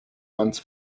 runs